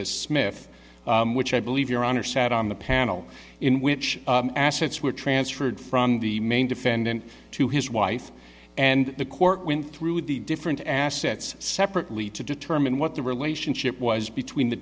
as smith which i believe your honor sat on the panel in which assets were transferred from the main defendant to his wife and the court went through the different assets separately to determine what the relationship was between the